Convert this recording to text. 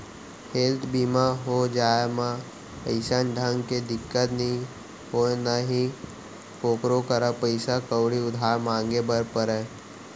health बीमा हो जाए म अइसन ढंग के दिक्कत नइ होय ना ही कोकरो करा पइसा कउड़ी उधार मांगे बर परय